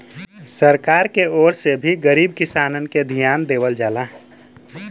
सरकार के ओर से भी गरीब किसानन के धियान देवल जाला